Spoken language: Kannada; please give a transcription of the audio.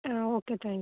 ಹಾಂ ಓಕೆ ತ್ಯಾಂಕ್ ಯು